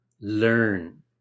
learn